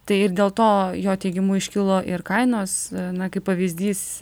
tai ir dėl to jo teigimu iškilo ir kainos na kaip pavyzdys